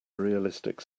realistic